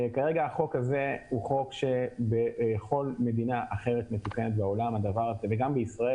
כרגע החוק הזה בכל מדינה אחרת מתוקנת בעולם וגם בישראל,